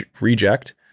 reject